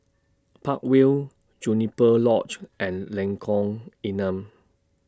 Park Vale Juniper Lodge and Lengkong Enam